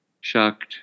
Shocked